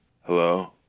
Hello